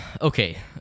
okay